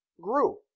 grew